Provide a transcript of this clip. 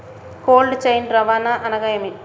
Cold chain రవాణా అనగా నేమి?